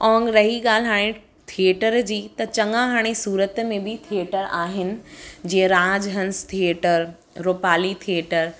ऐं रही ॻाल्हि हाणे थिएटर जी त चङा हाणे सूरत में बि थिएटर आहिनि जीअं राजहंस थिएटर रूपाली थिएटर